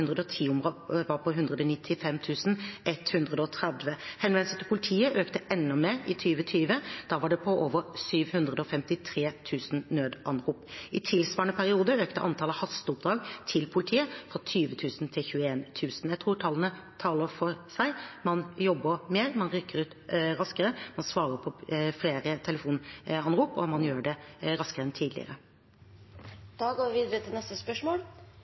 politiet økte enda mer i 2020, da var det over 753 000 nødanrop. I tilsvarende periode økte antallet hasteoppdrag til politiet fra 20 000 til 21 000. Jeg tror tallene taler for seg. Man jobber mer, man rykker ut raskere, man svarer på flere telefonanrop, og man gjør det raskere enn